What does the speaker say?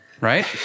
Right